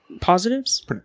positives